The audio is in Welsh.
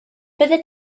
byddet